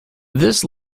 this